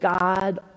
God